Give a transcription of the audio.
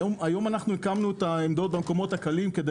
היום הקמנו את העמדות במקומות הקלים כדי